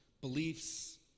beliefs